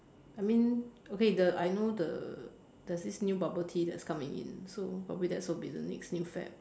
I mean okay the I know the there's this new bubble tea that's coming in so probably that's will be the next new fad